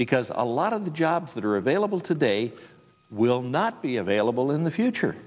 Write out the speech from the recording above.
because a lot of the jobs that are available today will not be available in the future